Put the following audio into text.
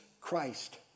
Christ